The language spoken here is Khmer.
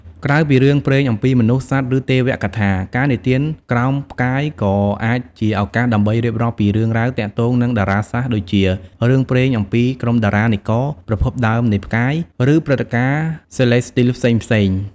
ក្រៅពីរឿងព្រេងអំពីមនុស្ស សត្វ ឬទេវកថា ការនិទានក្រោមផ្កាយក៏អាចជាឱកាសដើម្បីរៀបរាប់ពីរឿងរ៉ាវទាក់ទងនឹងតារាសាស្ត្រដូចជា រឿងព្រេងអំពីក្រុមតារានិករ ប្រភពដើមនៃផ្កាយ ឬព្រឹត្តិការណ៍សេឡេស្ទីលផ្សេងៗ ។